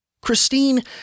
Christine